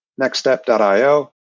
nextstep.io